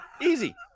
Easy